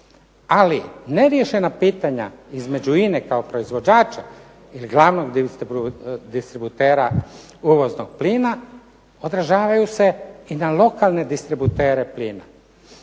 Ali neriješena pitanja između INA-e kao proizvođača ili glavnog distributera uvoznog plina odražavaju se i na lokalne distributere plina.